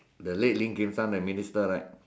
the late Lim-Kim-sang the minister right